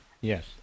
yes